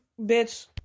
bitch